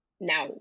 now